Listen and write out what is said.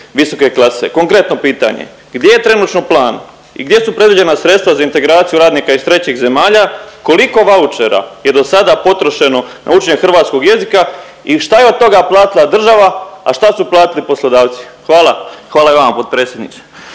visoke klase. Konkretno pitanje, gdje je trenutno plan i gdje su predviđena sredstva za integraciju radnika iz trećih zemalja? Koliko vaučera je dosada potrošeno na učenje hrvatskog jezika i šta je od toga platila država, a šta su platili poslodavci? Hvala. Hvala i vama potpredsjedniče.